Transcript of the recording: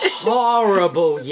horrible